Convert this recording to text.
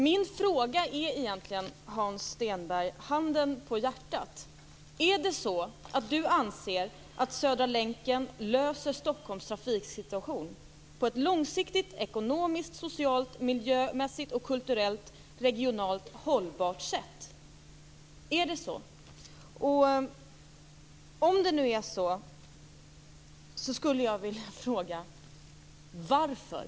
Min fråga är egentligen denna: Anser Hans Stenberg handen på hjärtat att Södra länken löser Stockholms trafiksituation på ett långsiktigt, ekonomiskt, socialt, miljömässigt, kulturellt, regionalt hållbart sätt? Är det så? Och om det är så skulle jag vilja fråga: Varför?